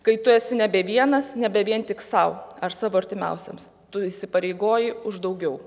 kai tu esi nebe vienas nebe vien tik sau ar savo artimiausiems tu įsipareigoji už daugiau